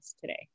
today